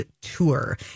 tour